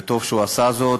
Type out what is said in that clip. וטוב שהוא עשה זאת,